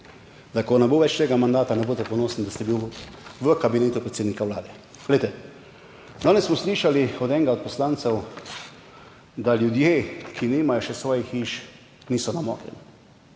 da ko ne bo več tega mandata, ne boste ponosni, da ste bil v Kabinetu predsednika Vlade. Glejte, danes smo slišali od enega od poslancev, da ljudje, ki nimajo še svojih hiš, niso na mokrem.